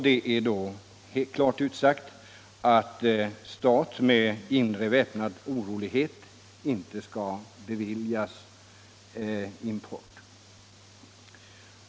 Där är det tydligt utsagt att utförsel till stat där väpnad inre konflikt pågår inte skall beviljas.